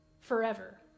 forever